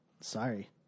sorry